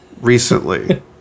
recently